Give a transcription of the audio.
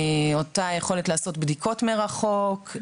אותה יכולת לעשות בדיקות מרחוק,